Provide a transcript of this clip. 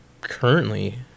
currently